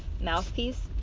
mouthpiece